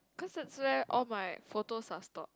cause that's where all my photos are stored